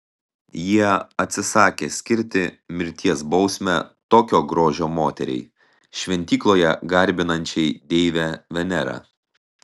jie atsisakė skirti mirties bausmę tokio grožio moteriai šventykloje garbinančiai deivę venerą